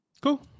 Cool